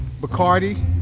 Bacardi